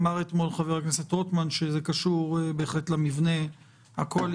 אמר אתמול חבר הכנסת רוטמן שזה קשור בהחלט למבנה הקואליציוני.